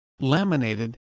laminated